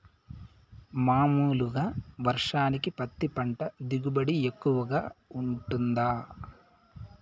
మామూలుగా వర్షానికి పత్తి పంట దిగుబడి ఎక్కువగా గా వుంటుందా?